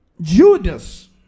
Judas